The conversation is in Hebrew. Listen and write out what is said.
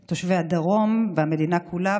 את תושבי הדרום והמדינה כולה.